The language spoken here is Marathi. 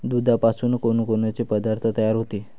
दुधापासून कोनकोनचे पदार्थ तयार होते?